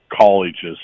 colleges